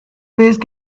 faced